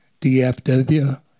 DFW